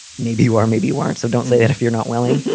maybe you are. maybe you weren't. so don't say that if you're not wealthy,